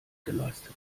geleistet